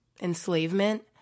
enslavement